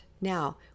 Now